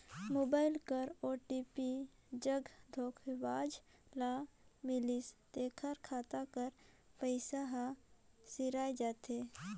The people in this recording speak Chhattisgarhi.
मोबाइल कर ओ.टी.पी जहां धोखेबाज ल मिलिस तेकर खाता कर पइसा हर सिराए जाथे